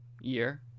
year